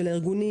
של הארגונים,